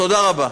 תודה רבה.